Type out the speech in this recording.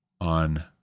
on